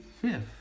fifth